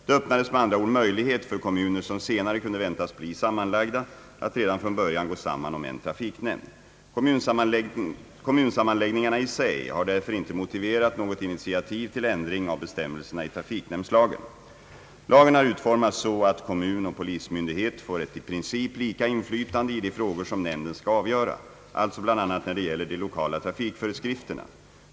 Det öppnades med andra ord möjlighet för kommuner som senare kunde väntas bli sammanlagda att redan från början gå samman om en trafiknämnd. Kommunsammanläggningarna i sig har därför inte motiverat något initiativ till ändring av bestämmelserna i trafiknämndslagen. Lagen har utformats så att kommun och polismyndighet får ett i princip lika inflytande i de frågor som nämnden skall avgöra, alltså bl.a. när det gäller de lokala trafikföreskrifterna.